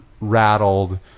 rattled